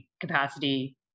capacity